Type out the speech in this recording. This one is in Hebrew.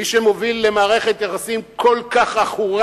מי שמוביל למערכת יחסים כל כך עכורה